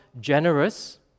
generous